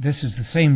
this is the same